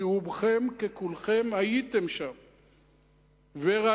כי רובכם ככולכם הייתם שם וראיתם.